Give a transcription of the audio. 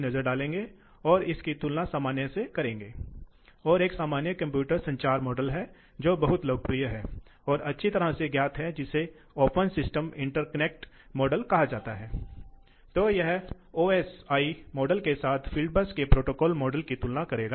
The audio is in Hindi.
अब वहाँ हैं इसलिए सबसे पहले हम कैसे करते हैं जब हम एक मशीन को पंप से जोड़ते हैं तो प्रवाह की मात्रा क्या होती है यह पंप विशेषताओं पर निर्भर करता है जो मशीन की विशेषताओं पर निर्भर करता है